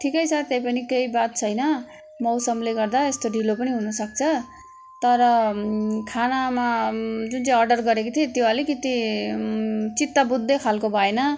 ठिकै छ त्यही पनि केही बात छैन मौसमले गर्दा यस्तो ढिलो पनि हुनुसक्छ तर खानामा जुन चाहिँ अर्डर गरेको त्यो अलिकति चित्तबुझ्दो खालको भएन